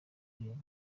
guhinga